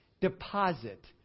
Deposit